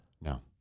No